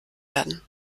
werden